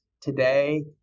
today